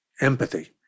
empathy